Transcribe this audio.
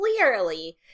Clearly